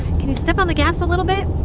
can you step on the gas a little bit?